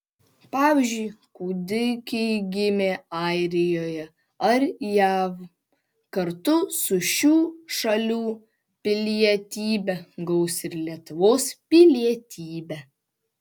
pavyzdžiui kūdikiai gimę airijoje ar jav kartu su šių šalių pilietybe gaus ir lietuvos pilietybę